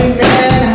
Amen